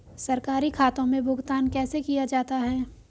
सरकारी खातों में भुगतान कैसे किया जाता है?